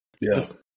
yes